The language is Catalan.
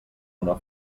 una